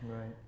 Right